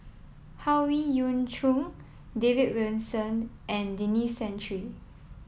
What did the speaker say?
Howe Yoon Chong David Wilson and Denis Santry